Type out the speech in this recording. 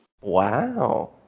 Wow